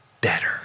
better